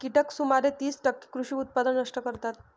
कीटक सुमारे तीस टक्के कृषी उत्पादन नष्ट करतात